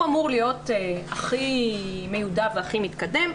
הוא אמור להיות הכי מיודע והכי מתקדם.